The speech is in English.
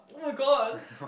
[oh]-my-god